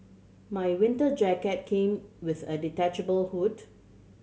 my winter jacket came with a detachable hood